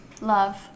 Love